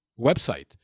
website